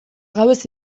gauez